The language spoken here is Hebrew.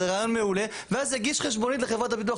זה רעיון מעולה ואז יגיש חשבונית לחברת הביטוח